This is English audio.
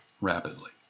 rapidly